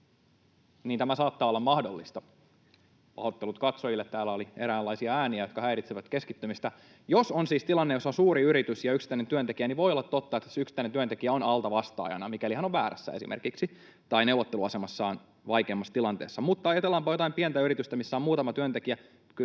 tauon] tämä saattaa olla mahdollista. — Pahoittelut katsojille. Täällä oli eräänlaisia ääniä, jotka häiritsevät keskittymistä. — Jos on siis tilanne, jossa on suuri yritys ja yksittäinen työntekijä, voi olla totta, että se yksittäinen työntekijä on altavastaajana, mikäli hän esimerkiksi on väärässä tai neuvotteluasemassaan vaikeammassa tilanteessa. Mutta ajatellaanpa jotain pientä yritystä, missä on muutama työntekijä: